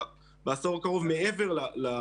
זהו נושא שבוער בכל הימים ובעיקר בימים האלו.